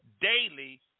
daily